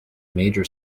major